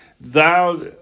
Thou